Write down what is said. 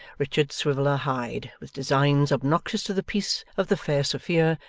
richard swiveller hied, with designs obnoxious to the peace of the fair sophia,